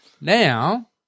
Now